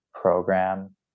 program